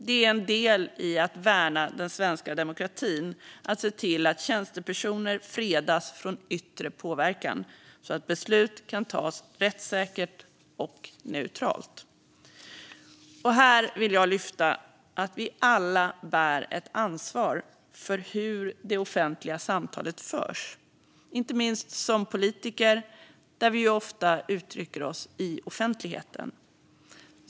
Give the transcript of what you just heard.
Det är en del i att värna den svenska demokratin att se till att tjänstepersoner fredas från yttre påverkan så att beslut kan fattas rättssäkert och neutralt. Här vill jag lyfta fram att vi alla bär ett ansvar för hur det offentliga samtalet förs - inte minst vi politiker, då vi ju ofta uttrycker oss i offentligheten.